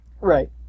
Right